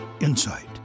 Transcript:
insight